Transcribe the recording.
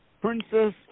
princess